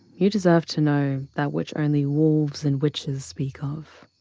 you deserve to know, that which only wolves and witches speak of.